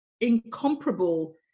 incomparable